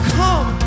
come